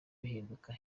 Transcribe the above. bihinduka